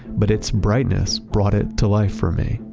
but its brightness brought it to life for me,